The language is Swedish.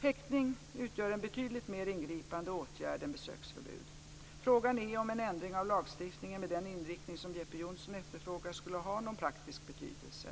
Häktning utgör en betydligt mer ingripande åtgärd än besöksförbud. Frågan är om en ändring av lagstiftningen med den inriktning som Jeppe Johnsson efterfrågar skulle ha någon praktisk betydelse.